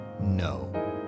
no